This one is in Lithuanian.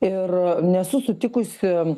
ir nesu sutikusi